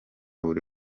buri